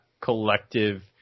collective